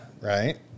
right